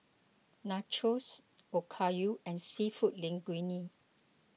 Nachos Okayu and Seafood Linguine